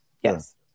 Yes